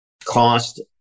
cost